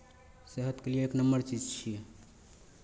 सेहतके लिए एक नम्बर चीज छियै